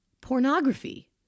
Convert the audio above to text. Pornography